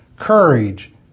courage